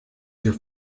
your